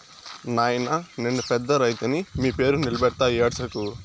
నాయినా నేను పెద్ద రైతుని మీ పేరు నిలబెడతా ఏడ్సకు